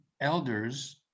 elders